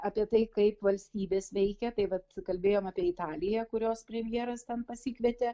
apie tai kaip valstybės veikia tai vat kalbėjom apie italiją kurios premjeras ten pasikvietė